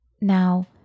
Now